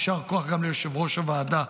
יישר כוח גם ליושב-ראש הוועדה,